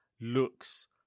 looks